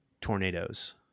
tornadoes